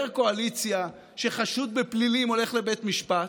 קואליציה שחשוד בפלילים הולך לבית משפט.